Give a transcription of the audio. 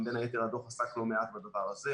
גם בין היתר הדוח עסק לא מעט בדבר הזה.